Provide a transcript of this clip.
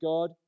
God